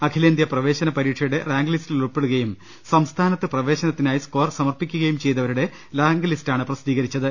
അഖിലേന്ത്യാ പ്രവേശന പരീക്ഷയുടെ റാങ്ക്ലിസ്റ്റിൽ ഉൾപെ ടുകയും സംസ്ഥാനത്ത് പ്രവേശനത്തിനായി സ്കോർ സമർപ്പിക്കുകയും ചെയ്തവരുടെ റാങ്ക് ലിസ്റ്റാണ് പ്രസിദ്ധീ കരിച്ചത്